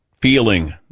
feeling